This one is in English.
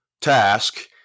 task